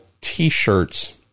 T-shirts